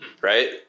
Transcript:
right